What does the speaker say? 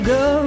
go